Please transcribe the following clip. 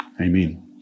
Amen